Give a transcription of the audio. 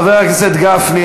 חבר הכנסת גפני,